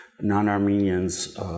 non-Armenians